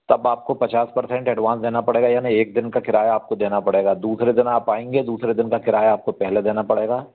तब आपको पचास परसेंट एडवांस देना पड़ेगा यानी एक दिन का किराया आपको देना पड़ेगा दूसरे दिन आप आएंगे दूसरे दिन का किराया आपको पहले देना पड़ेगा